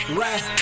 right